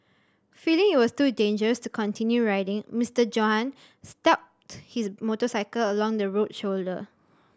feeling it was too dangerous to continue riding Mister Johann stopped his motorcycle along the road shoulder